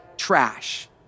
trash